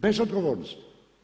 Bez odgovornosti.